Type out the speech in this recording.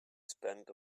spend